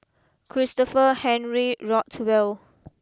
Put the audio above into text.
Christopher Henry Rothwell